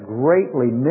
greatly